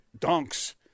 dunks